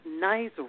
nice